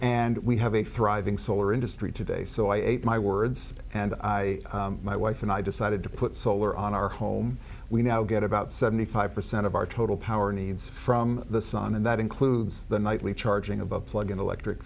and we have a thriving solar industry today so i ate my words and i my wife and i decided to put solar on our home we now get about seventy five percent of our total power needs from the sun and that includes the nightly charging of a plug in electric